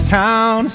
town